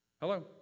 Hello